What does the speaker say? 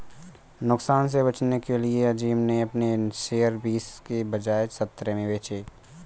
नुकसान से बचने के लिए अज़ीम ने अपने शेयर बीस के बजाए सत्रह में बेचे